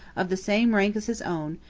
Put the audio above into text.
of the same rank as his own,